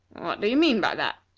what do you mean by that?